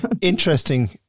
interesting